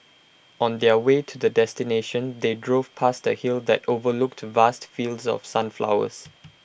on their way to the destination they drove past A hill that overlooked vast fields of sunflowers